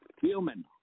human